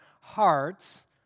hearts